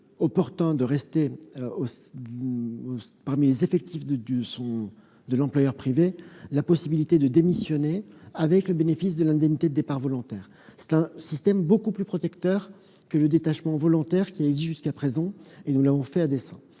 opportun de rester parmi les salariés de l'employeur privé, il a la possibilité de démissionner en bénéficiant de l'indemnité de départ volontaire. Ce système beaucoup plus protecteur que le détachement volontaire qui existe jusqu'à présent a été créé à dessein.